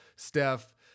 Steph